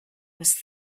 was